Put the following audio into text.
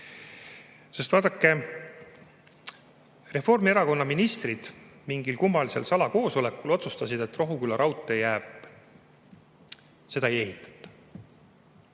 Sest vaadake, Reformierakonna ministrid mingil kummalisel salakoosolekul otsustasid, et Rohuküla raudtee jääb [ära]. Seda ei ehitata.